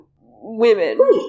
women